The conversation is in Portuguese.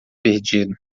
perdido